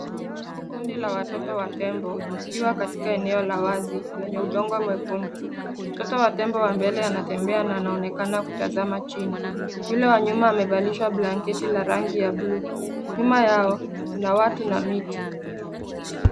Kundi la watoto wa tembo wakiwa katika eneo la wazi lenye udongo mwekundu. Mtoto wa tembo wa mbele anatembea na anaonekana kutazama chini. Yule wa nyuma amevalishwa blanketi la rangi ya bluu. Nyuma yao kuna watu na miti.